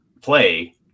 play